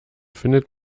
findet